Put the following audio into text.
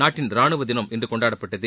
நாட்டின் ரானுவ தினம் இன்று கொண்டாடப்பட்டது